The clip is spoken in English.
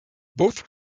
both